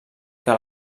que